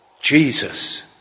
Jesus